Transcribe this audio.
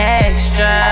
extra